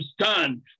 stand